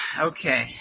Okay